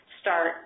start